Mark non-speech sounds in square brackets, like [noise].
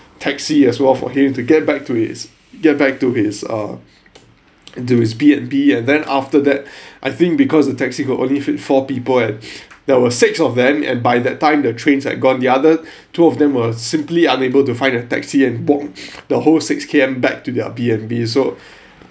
taxi as well for him to get back to his get back to his uh into his B_N_B and then after that [breath] I think because the taxi could only fit four people at [breath] there were six of them and by that time the trains had gone the other [breath] two of them were simply unable to find a taxi and walked [breath] the whole six K_M back to their B_N_B so [breath]